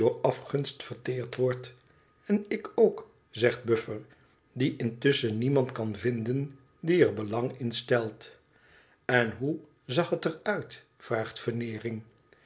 afgunst verteerd wordt in ik ook zegt buffer die intusschen niemand kan vinden die er belang in stelt n hoe zag het er uit vraagt veneering